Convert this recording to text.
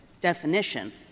definition